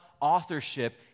authorship